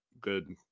good